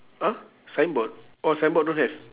!huh! signboard oh signboard don't have